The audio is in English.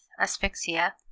asphyxia